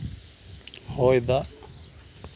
ᱦᱚᱭ ᱫᱟᱜ